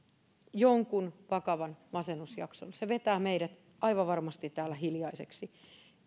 jonkun vakavan masennusjakson se vetää meidät aivan varmasti täällä hiljaiseksi